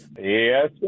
Yes